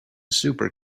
super